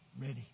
ready